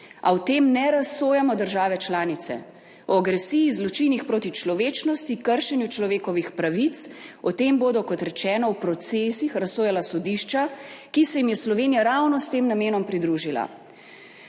a o tem ne razsojamo države članice. O agresiji, zločinih proti človečnosti, kršenju človekovih pravic, o tem bodo, kot rečeno, v procesih razsojala sodišča, ki se jim je Slovenija ravno s tem namenom pridružila.